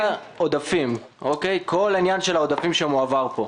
כל העודפים, כל העניין של העודפים שמועברים פה,